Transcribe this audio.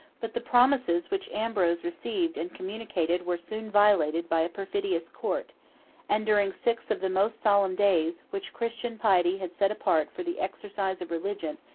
but the promises which ambrose received and communicated were soon violated by a perfidious court and, during six of the most solemn days, which christian piety had set apart for the exercise of religion,